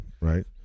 Right